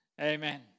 Amen